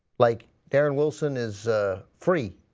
like darren wilson is free.